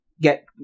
get